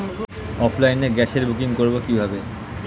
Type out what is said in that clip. অফলাইনে গ্যাসের বুকিং করব কিভাবে?